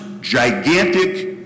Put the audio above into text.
gigantic